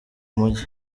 mujyi